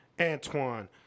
Antoine